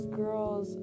girls